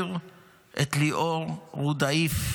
להחזיר את ליאור רודאיף,